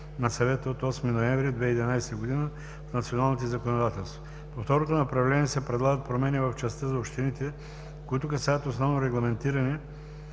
на Съвета от 8 ноември 2011 г. в националните законодателства. По второто направление се предлагат промени в частта за общините, които касаят основно регламентиране